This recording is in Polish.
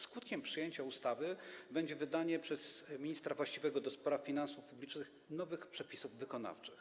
Skutkiem przyjęcia ustawy będzie wydanie przez ministra właściwego do spraw finansów publicznych nowych przepisów wykonawczych.